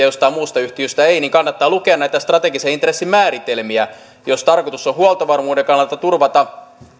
jostain muusta yhtiöstä ei niin kannattaa lukea näitä strategisen intressin määritelmiä jos tarkoitus on huoltovarmuuden kannalta turvata